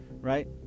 right